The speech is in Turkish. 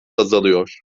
azalıyor